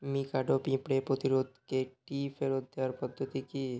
Mikado পিঁপড়ে প্রতিরোধকটি ফেরত দেওয়ার পদ্ধতি কী